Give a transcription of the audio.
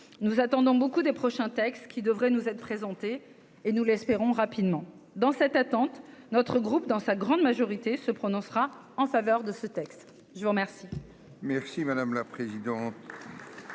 nous attendons beaucoup des prochains textes qui devrait nous être présenté et nous l'espérons rapidement dans cette attente, notre groupe dans sa grande majorité se prononcera en faveur de ce texte, je vous remercie.